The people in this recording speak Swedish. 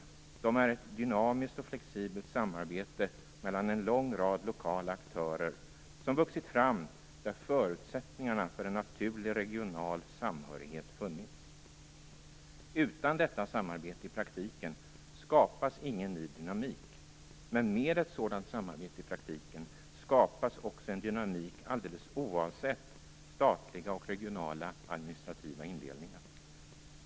Det handlar om ett dynamiskt och flexibelt samarbete mellan en lång rad lokala aktörer som har vuxit fram där förutsättningarna för en naturlig regional samhörighet har funnits. Utan detta samarbete i praktiken skapas ingen ny dynamik, men med ett sådant samarbete i praktiken skapas också en dynamik alldeles oavsett den statliga och regionala administrativa indelningen.